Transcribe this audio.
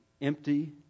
empty